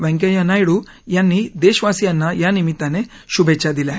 वैंकय्या नायडू यांनी देशवासियाना या निमित्ताने शुभेच्छा दिल्या आहेत